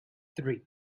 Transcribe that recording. three